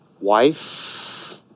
wife